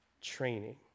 training